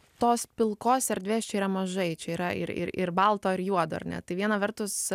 tos pilkoks erdvės čia yra mažai čia yra ir ir ir balto ir juodo ar ne tai viena vertus